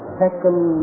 second